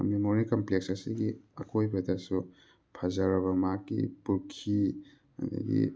memorial complex ꯑꯁꯤꯒꯤ ꯑꯀꯣꯏꯕꯗꯁꯨ ꯐꯖꯔꯕ ꯃꯥꯒꯤ ꯄꯨꯈꯤ ꯑꯗꯒꯤ